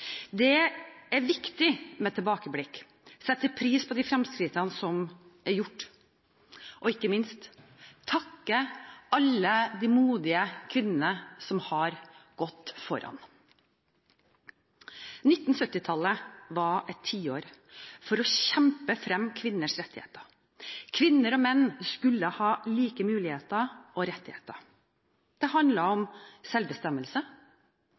Det er viktig med tilbakeblikk, sette pris på de fremskrittene som er gjort, og ikke minst takke alle de modige kvinnene som har gått foran. 1970-tallet var et tiår for å kjempe frem kvinners rettigheter. Kvinner og menn skulle ha like muligheter og rettigheter. Det handlet om selvbestemmelse,